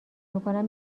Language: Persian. میکنم